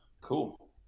Cool